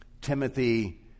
Timothy